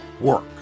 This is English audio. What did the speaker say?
work